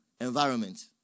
environment